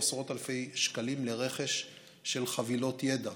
עשרות אלפי שקלים לרכש של חבילות ידע,